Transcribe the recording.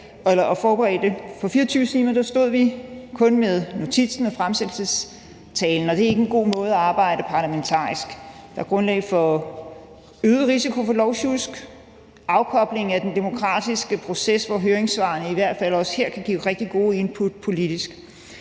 For 24 timer siden stod vi kun med notitsen og fremsættelsestalen, og det er ikke en god måde at arbejde parlamentarisk på. Der er grundlag for øget risiko for lovsjusk og afkobling af den demokratiske proces, hvor høringssvarene i hvert fald også her kan give rigtig gode input politisk.